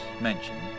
mentioned